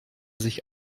sich